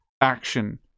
action